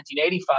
1985